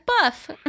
buff